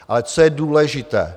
Ale co je důležité?